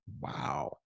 wow